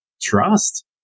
trust